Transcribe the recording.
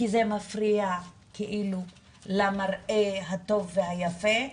כי זה כאילו מפריע למראה הטוב והיפה.